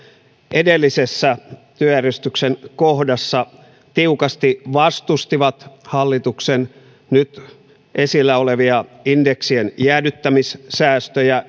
edellisessä työjärjestyksen kohdassa tiukasti vastustivat hallituksen nyt esillä olevia indeksien jäädyttämissäästöjä